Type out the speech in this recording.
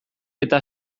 eta